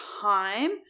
time